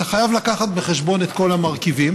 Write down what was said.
אתה חייב להביא בחשבון את כל המרכיבים